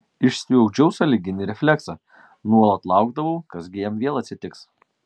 išsiugdžiau sąlyginį refleksą nuolat laukdavau kas gi jam vėl atsitiks